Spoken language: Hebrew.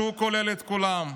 שכולל את כולם,